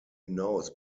hinaus